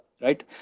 right